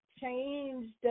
changed